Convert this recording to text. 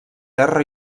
terra